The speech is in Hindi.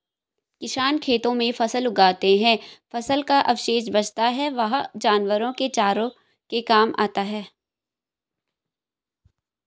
किसान खेतों में फसल उगाते है, फसल का अवशेष बचता है वह जानवरों के चारे के काम आता है